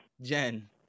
Jen